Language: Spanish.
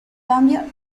cambio